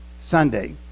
Sunday